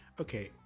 okay